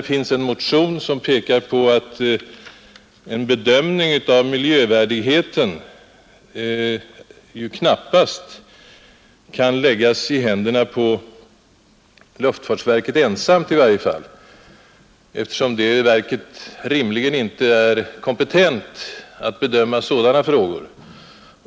Det finns en motion där jag som en av motionärerna pekar på att föreskrifter om miljövärdigheten knappast är en uppgift som kan läggas i händerna på luftfartsverket, i varje fall inte ensamt, eftersom detta verk rimligen inte är kompetent att bedöma sådana frågor.